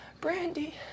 Brandy